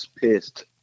pissed